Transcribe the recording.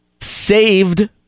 Saved